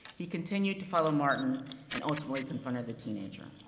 he continued to follow martin and ultimately confronted the teenager,